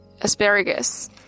asparagus